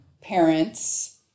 parents